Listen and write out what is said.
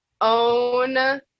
own